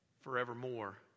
forevermore